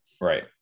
right